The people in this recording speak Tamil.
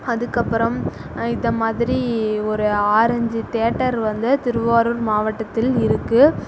அதுக்கப்புறம் இந்த மாதிரி ஒரு ஆறு அஞ்சு தேட்டர் வந்து திருவாரூர் மாவட்டத்தில் இருக்குது